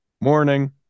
Morning